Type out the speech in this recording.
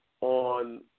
on